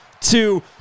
two